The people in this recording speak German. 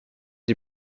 die